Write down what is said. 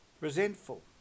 resentful